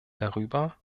darüber